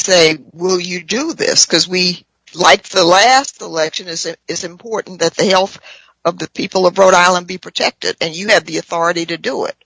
say will you do this because we like the last election is it is important that the health of the people of rhode island be protected and you have the authority to do it